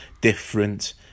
different